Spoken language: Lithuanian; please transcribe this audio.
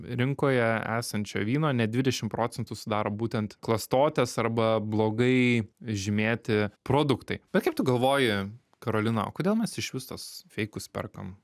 rinkoje esančio vyno net dvidešimt procentų sudaro būtent klastotės arba blogai žymėti produktai bet kaip tu galvoji karolina kodėl mes išvis tuos feikus perkam